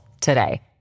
today